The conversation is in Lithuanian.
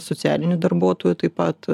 socialinių darbuotojų taip pat